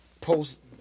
Post